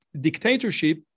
dictatorship